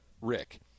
rick